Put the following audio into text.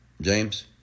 James